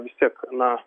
vis tiek na